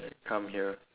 come here